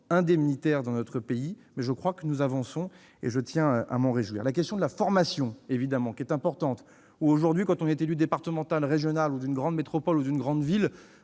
en la matière dans notre pays, mais je crois que nous avançons et je tiens à m'en réjouir. La question de la formation est évidemment importante. Aujourd'hui, un élu départemental, régional, d'une grande métropole ou d'une grande ville,